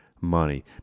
money